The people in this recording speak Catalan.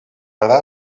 ara